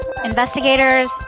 Investigators